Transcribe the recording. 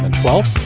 twelve.